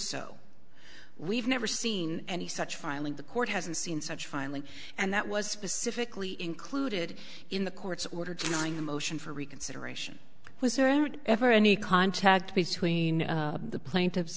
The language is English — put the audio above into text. so we've never seen any such filing the court hasn't seen such finally and that was specifically included in the court's order to mine a motion for reconsideration was there ever any contact between the plaintiff